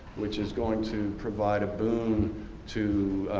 which is going to provide a boon to,